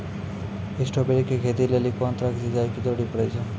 Strawberry के खेती लेली कोंन तरह के सिंचाई के जरूरी पड़े छै?